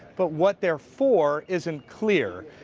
but what they're for isn't clear.